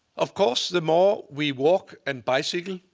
of course, the more we walk and bicycle,